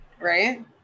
Right